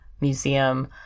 museum